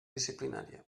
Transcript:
disciplinària